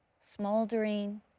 smoldering